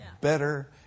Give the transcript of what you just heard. better